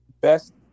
best